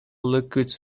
liquids